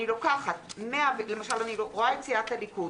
אני לוקחת את סיעת הליכוד,